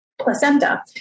placenta